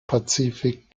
pazifik